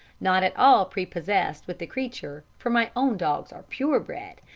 not at all prepossessed with the creature, for my own dogs are pure-bred,